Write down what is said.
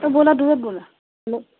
অঁ ব'লা দূৰত ব'লা হেল্ল'